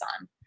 on